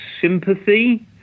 sympathy